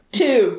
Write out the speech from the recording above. two